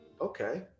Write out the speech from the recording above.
okay